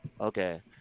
Okay